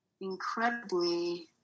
incredibly